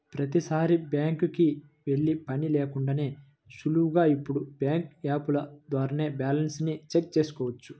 ప్రతీసారీ బ్యాంకుకి వెళ్ళే పని లేకుండానే సులువుగా ఇప్పుడు బ్యాంకు యాపుల ద్వారా బ్యాలెన్స్ ని చెక్ చేసుకోవచ్చు